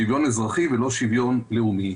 שוויון אזרחי ולא שוויו לאומי.